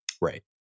Right